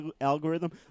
algorithm